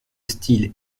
style